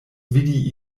vidi